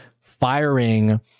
firing